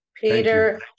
Peter